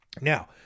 Now